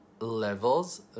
levels